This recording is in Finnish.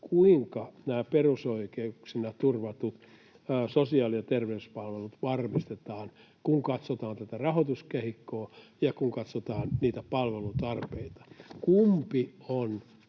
kuinka nämä perusoikeuksina turvatut sosiaali‑ ja terveyspalvelut varmistetaan, kun katsotaan tätä rahoituskehikkoa ja kun katsotaan niitä palvelutarpeita. Kumpi on